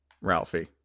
Ralphie